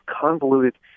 convoluted